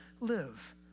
live